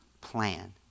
plan